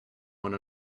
one